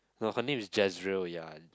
no her name is Jezreel ya